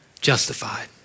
justified